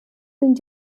sind